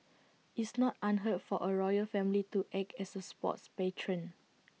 it's not unheard for A royal family to act as A sports patron